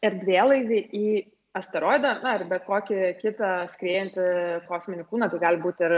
erdvėlaivį į asteroidą na ar bet kokį kitą skriejantį kosminį kūną tai gali būti ar